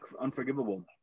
unforgivable